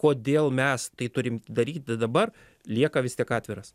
kodėl mes tai turim daryti dabar lieka vis tiek atviras